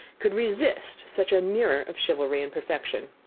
could resist such a mirror of chivalry and perfection!